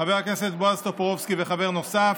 חבר הכנסת בועז טופורובסקי וחבר נוסף,